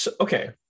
Okay